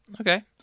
okay